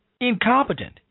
incompetent